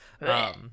Right